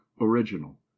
original